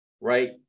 right